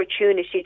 opportunity